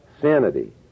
Sanity